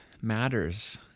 matters